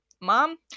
mom